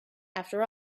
after